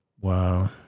Wow